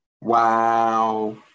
wow